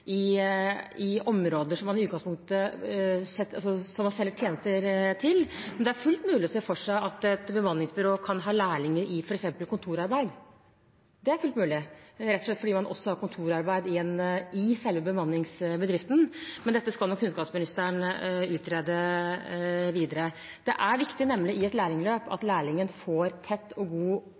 områder man selger tjenester til, men det er fullt mulig å se for seg at et bemanningsbyrå kan ha lærlinger i f.eks. kontorarbeid. Det er fullt mulig, rett og slett fordi man også har kontorarbeid i selve bemanningsbedriften, men dette skal nok kunnskapsministeren utrede videre. I et lærlingløp er det nemlig viktig at lærlingen får tett og god